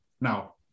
now